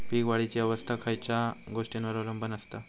पीक वाढीची अवस्था खयच्या गोष्टींवर अवलंबून असता?